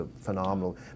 phenomenal